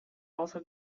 also